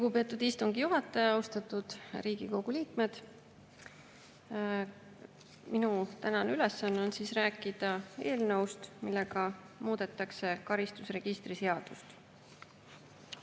Lugupeetud istungi juhataja! Austatud Riigikogu liikmed! Minu tänane ülesanne on rääkida eelnõust, millega muudetakse karistusregistri seadust.